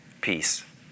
peace